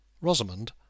Rosamond